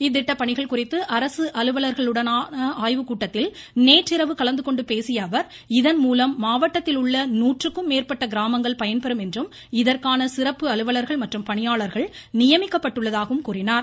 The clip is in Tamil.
இத்திட்ட பணிகள் குறித்து அரசு அலுவலர்களுடனான ஆய்வுக்கூட்டத்தில் நேற்றிரவு கலந்துகொண்டு பேசிய அவர் இதன்மூலம் மாவட்டத்தில் உள்ள நூற்றுக்கும் மேற்பட்ட கிராமங்கள் பயன்பெறும் என்றும் இதற்கென சிறப்பு அலுவலர்கள் மற்றும் பணியாளர்கள் நியமிக்கப்பட்டுள்ளதாகவும் தெரிவித்தார்